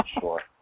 Sure